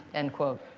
end quote.